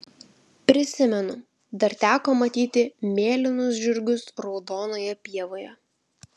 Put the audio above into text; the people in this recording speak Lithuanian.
prisimenu dar teko matyti mėlynus žirgus raudonoje pievoje